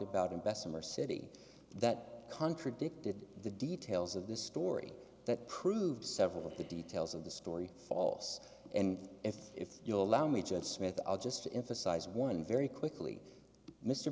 about in bessemer city that contradicted the details of the story that proved several of the details of the story false and if if you allow me to at smith i'll just to emphasize one very quickly mr